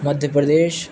Madhya Pradesh